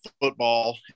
football